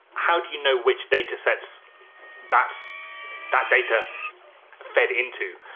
how do you know which datasets that that data fed into?